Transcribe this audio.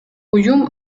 уюм